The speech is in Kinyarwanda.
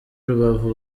rubavu